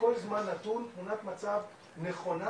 בכל זמן נתון תמונת מצב נכונה,